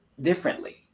differently